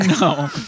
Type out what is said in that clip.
No